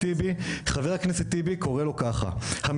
חבר הכנסת טיבי קורא לו ככה,